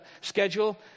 schedule